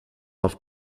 auf